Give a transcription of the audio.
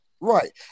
right